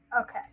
okay